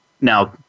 now